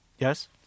Yes